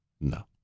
No